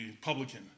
publican